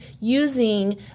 using